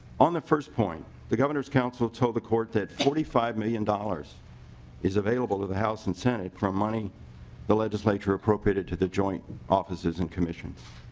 on the first point the gov s council told the court that forty five million dollars is available to the house and senate for um money the legislature probated to the joint offices and commissions.